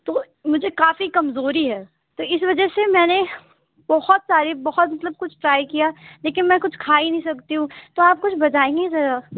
تو مجھے کافی کمزوری ہے تو اس وجہ سے میں نے بہت ساری بہت مطلب کچھ ٹرائی کیا لیکن میں کچھ کھا ہی نہیں سکتی ہوں تو آپ کچھ بتائیں گے ذرا